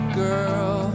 girl